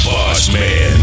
Bossman